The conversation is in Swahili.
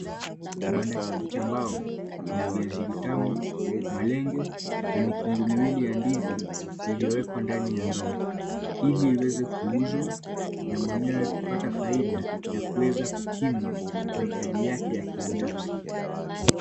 Kibanda hiki cha mbao kina viazi vitamu, malenge na mikungu miwili ya ndizi iliyowekwa ndani ya ndoo, ili iweze kuuzwa, na mwenyewe kupata faida ya kuweza kukimu mahitaji yake ya kibinafsi.